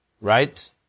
right